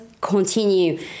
continue